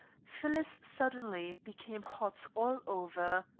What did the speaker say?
phyllis suddenly became hot all over.